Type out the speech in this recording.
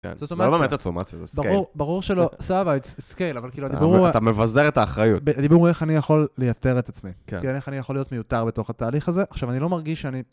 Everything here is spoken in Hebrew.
זה לא באמת אוטומציה, כן? ברור, ברור שלא, סבא, זה skill, אבל כאילו, אתה מבזר את האחריות. ותראו איך אני יכול ליתר את עצמי. כי איך אני יכול להיות מיותר בתוך התהליך הזה. עכשיו, אני לא מרגיש שאני...